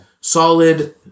solid